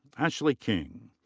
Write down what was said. ashley king.